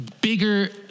bigger